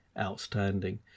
outstanding